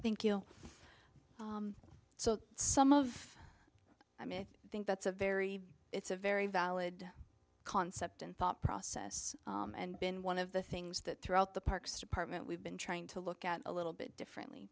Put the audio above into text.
there so some of i mean i think that's a very it's a very valid concept and thought process and been one of the things that throughout the parks department we've been trying to look at a little bit differently